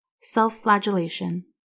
Self-flagellation